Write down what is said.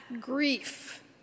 grief